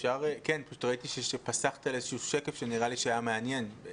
ראיתי שפסחת על שקף שהיה מעניין.